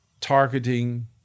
targeting